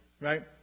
right